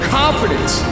confidence